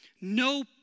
No